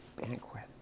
banquet